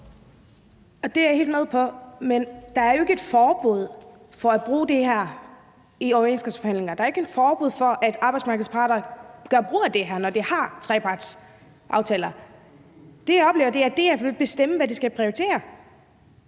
er jo ikke et forbud imod at bruge det her i overenskomstforhandlinger; der er ikke et forbud imod, at arbejdsmarkedets parter gør brug af det her, når de har trepartsaftaler. Det, jeg oplever, er, at DF vil bestemme, hvad de skal prioritere.